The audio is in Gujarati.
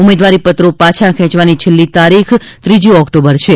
ઉમેદવારી પત્રો પાછા ખેંચવાની છેલ્લી તારીખથ ત્રીજી ઓક્ટોબર છે